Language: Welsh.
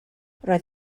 roedd